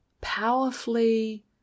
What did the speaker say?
powerfully